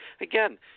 Again